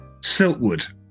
Siltwood